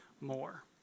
more